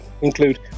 include